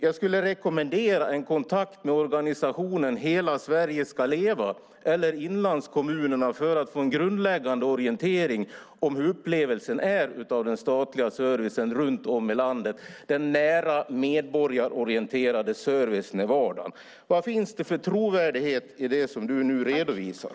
Jag skulle rekommendera en kontakt med organisationen Hela Sverige ska leva eller med inlandskommunerna för att få en grundläggande orientering av upplevelsen av den statliga servicen runt om i landet, av den nära medborgarorienterade servicen i vardagen. Vad finns det för trovärdighet i det som Andreas Norlén nu redovisar?